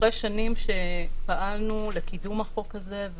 אחרי שנים שפעלנו לקידום החוק הזה,